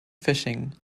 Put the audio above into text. fishing